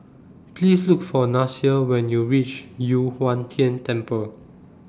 Please Look For Nasir when YOU REACH Yu Huang Tian Temple